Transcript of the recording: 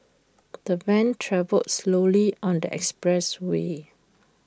the van travelled slowly on the expressway